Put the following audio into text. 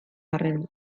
arren